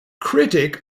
critic